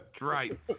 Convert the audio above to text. right